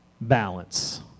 balance